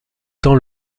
tant